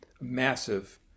massive